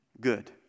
Good